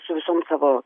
su visom savo